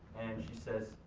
she says,